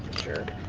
jerk.